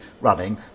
running